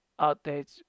updates